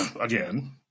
again